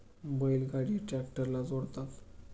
बैल गाडी ट्रॅक्टरला जोडतात